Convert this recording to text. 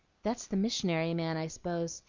that's the missionary man, i s'pose.